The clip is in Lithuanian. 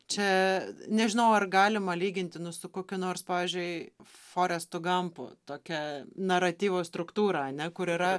čia nežinau ar galima lyginti nu su kokiu nors pavyzdžiui forestu gampu tokia naratyvo struktūra ane kur yra